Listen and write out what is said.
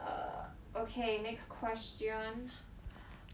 err okay next question